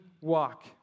walk